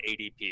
ADP